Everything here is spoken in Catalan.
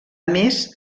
més